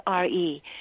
RE